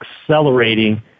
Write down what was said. accelerating